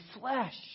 flesh